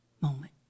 moment